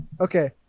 Okay